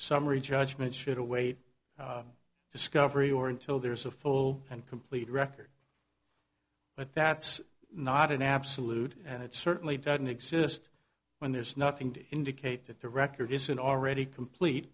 summary judgment should await discovery or until there is a full and complete record but that's not an absolute and it certainly doesn't exist when there's nothing to indicate that the record isn't already complete